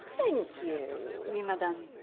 thank you. oui madame.